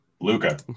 Luca